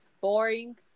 boring